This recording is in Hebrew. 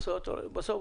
בסוף,